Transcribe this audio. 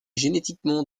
génétiquement